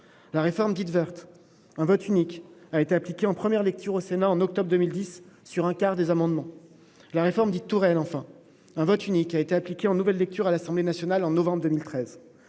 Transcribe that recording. la réforme dite Woerth, le vote unique a été utilisé en première lecture au Sénat en octobre 2010 sur un quart des amendements. Lors de la réforme dite Touraine, enfin, un vote unique a été utilisé en nouvelle lecture à l'Assemblée nationale en novembre 2013.